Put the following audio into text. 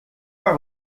pas